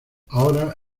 ahora